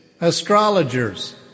astrologers